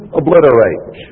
obliterate